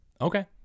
Okay